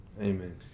Amen